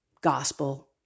gospel